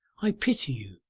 i pity you,